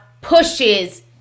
pushes